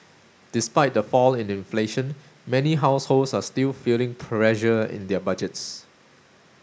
despite the fall in inflation many households are still feeling pressure in their budgets